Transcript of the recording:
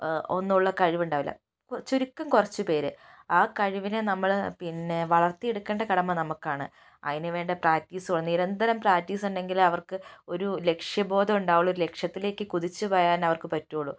ഒന്നുമുള്ള കഴിവ് ഉണ്ടാവില്ല ചുരുക്കം കുറച്ചു പേര് ആ കഴിവിനെ നമ്മള് പിന്നെ വളർത്തിയെടുക്കേണ്ട കടമ നമുക്കാണ് അതിന് വേണ്ട പ്രാക്ടീസോ നിരന്തരം പ്രാക്ടീസ് ഉണ്ടെങ്കിലെ അവർക്ക് ഒരു ലക്ഷ്യബോധം ഉണ്ടാവുകയുള്ളു ലക്ഷ്യത്തിലേക്ക് കുതിച്ചുപായാൻ അവർക്ക് പറ്റുകയുള്ളു